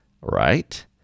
right